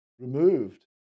removed